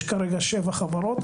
יש כרגע שבע חברות.